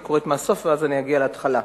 אני קוראת מהסוף ואז אגיע להתחלה: